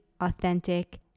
authentic